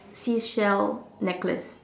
seashell necklace